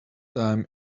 time